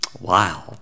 Wow